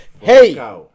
Hey